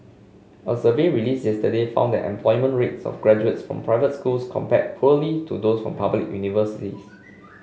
a survey released yesterday found that employment rates of graduates from private schools compared poorly to those from public universities